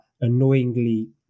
annoyingly